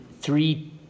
three